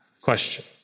question